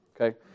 okay